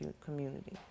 community